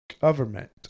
government